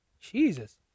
Jesus